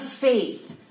faith